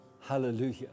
Hallelujah